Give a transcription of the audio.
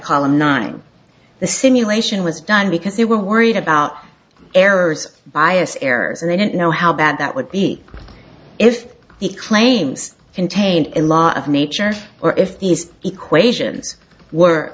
column nine the simulation was done because they were worried about errors bias errors and they didn't know how bad that would be if the claims contained in law of nature or if these equations were